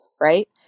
right